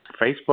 Facebook